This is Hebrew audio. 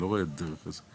אני לא רואה דרך נוספת.